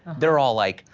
they're all like,